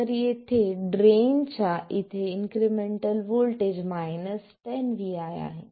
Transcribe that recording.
तर येथे ड्रेन च्या इथे इन्क्रिमेंटल व्होल्टेज 10 vi आहे